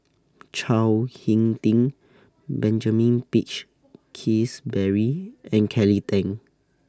Chao Hick Tin Benjamin Peach Keasberry and Kelly Tang